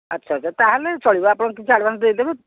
ଆଚ୍ଛା ଆଚ୍ଛା ତା'ହେଲେ ଚଳିବ ଆପଣ କିଛି ଆଡ଼ଭାନ୍ସ ଦେଇଦେବେ